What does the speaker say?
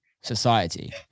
society